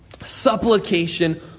supplication